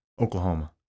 Oklahoma